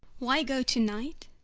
why go to-night?